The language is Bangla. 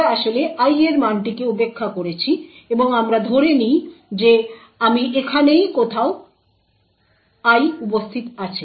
আমরা আসলে I এর মানটিকে উপেক্ষা করেছি এবং আমরা ধরে নিই যে আমি এখানেই কোথাও I উপস্থিত আছে